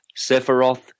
Sephiroth